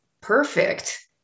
perfect